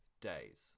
days